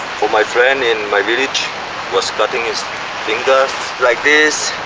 for my friend in my village was cutting his fingers like this